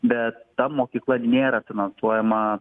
bet ta mokykla nėra finansuojama